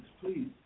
please